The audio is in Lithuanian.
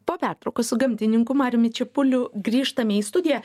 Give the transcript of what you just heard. po pertraukos su gamtininku mariumi čepuliu grįžtame į studiją